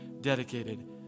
dedicated